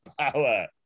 power